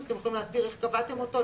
אתם יכולים להסביר איך קבעתם אותו?